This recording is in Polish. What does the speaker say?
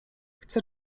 chce